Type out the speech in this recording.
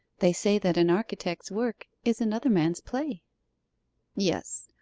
they say that an architect's work is another man's play yes.